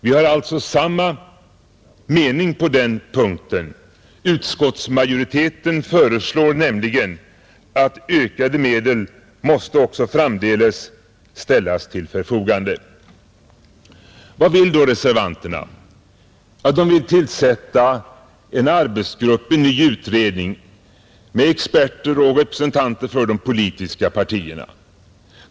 Vi har alltså samma åsikt på denna punkt. Utskottsmajoriteten skriver nämligen: ”Ökade medel måste också framdeles ställas till förfogande.” Vad vill då reservanterna? De vill tillsätta en arbetsgrupp, en ny utredning med experter och representanter för de politiska partierna.